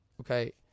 okay